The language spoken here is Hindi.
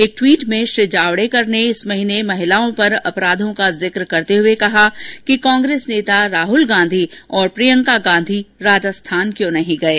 एक ट्वीट में श्री जावडेकर ने इस माह महिलाओं पर अपराधों का जिक्र करते हुए कहा कि कांग्रेस नेता राहुल गांधी और प्रियंका गांधी राजस्थान क्यों नहीं गये